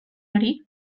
hori